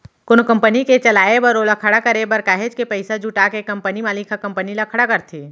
कोनो कंपनी के चलाए बर ओला खड़े करे बर काहेच के पइसा जुटा के कंपनी मालिक ह कंपनी ल खड़ा करथे